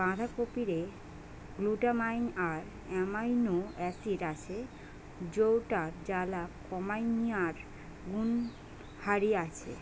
বাঁধাকপিরে glutamine আর amino acid আছে যৌটার জ্বালা কমানিয়ার গুণহারি আছে